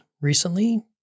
recently